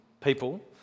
people